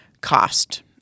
cost